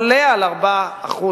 למרות שהוא עולה בתדירות דומה,